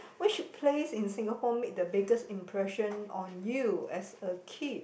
which place in Singapore make the biggest impression on you as a kid